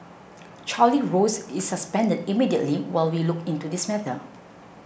Charlie Rose is suspended immediately while we look into this matter